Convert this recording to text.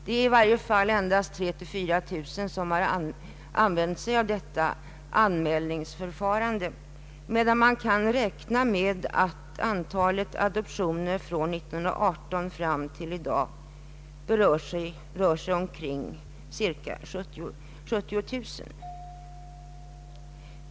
Det är i varje fall endast 3 000 å 4 000 människor som har använt detta anmälningsförfarande, medan man kan räkna med att antalet adoptioner från år 1918 fram till i dag rör sig omkring cirka 70000.